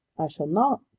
i shall not,